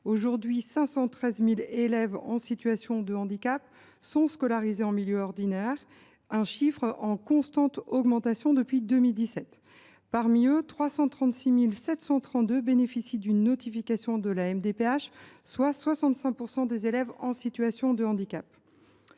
Aujourd’hui, 513 000 élèves en situation de handicap sont scolarisés en milieu ordinaire, un chiffre en constante augmentation depuis 2017. Parmi eux, 336 732 bénéficient d’une notification de la MDPH, soit 65 % des élèves en situation de handicap.